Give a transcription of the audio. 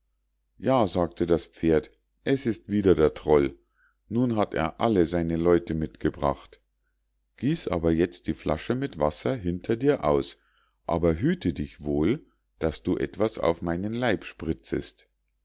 ja sagte das pferd es ist wieder der troll nun hat er alle seine leute mitgebracht gieß aber jetzt die flasche mit wasser hinter dir aus aber hüte dich wohl daß du etwas auf meinen leib spritzest